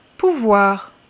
Pouvoir